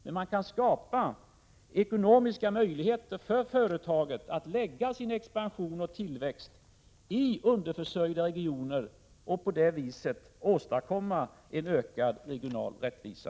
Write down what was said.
Men man kan skapa ekonomiska möjligheter för företagen att förlägga sin expansion och tillväxt i underförsörjda regioner och på det sättet åstadkomma en ökad regional rättvisa.